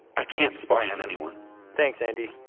i can't spy on anyone thanks, andi.